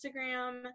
Instagram